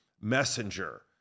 messenger